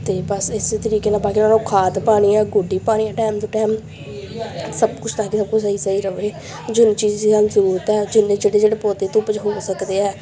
ਅਤੇ ਬਸ ਇਸ ਤਰੀਕੇ ਨਾਲ ਬਾਕੀ ਉਹਨਾਂ ਨੂੰ ਖਾਦ ਪਾਉਣੀ ਆ ਗੋਡੀ ਪਾਉਣੀ ਆ ਟਾਇਮ ਟੂ ਟਾਇਮ ਸਭ ਕੁਛ ਤਾਂ ਕਿ ਸਭ ਕੁਛ ਸਹੀ ਸਹੀ ਰਹੇ ਜਿਨ ਚੀਜ਼ ਦੀ ਸਾਨੂੰ ਜ਼ਰੂਰਤ ਹੈ ਜਿੰਨੇ ਜਿਹੜੇ ਜਿਹੜੇ ਪੌਦੇ ਧੁੱਪ 'ਚ ਹੋ ਸਕਦੇ ਹੈ